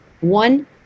One